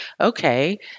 okay